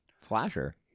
Slasher